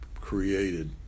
created